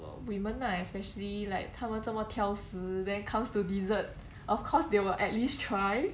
women ah especially like 她们这么挑食 then comes to dessert of course they will at least try